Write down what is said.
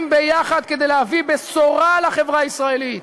ביחד כדי להביא בשורה לחברה הישראלית,